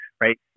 right